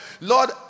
lord